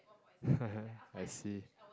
I see